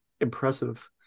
impressive